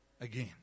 again